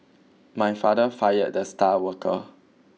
my father fired the star worker